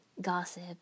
Gossip